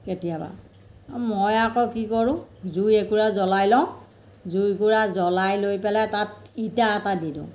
কেতিয়াবা মই আকৌ কি কৰোঁ জুই একুৰা জ্বলাই লওঁ জুইকুৰা জ্বলাই লৈ পেলাই তাত ইটা এটা দি দিওঁ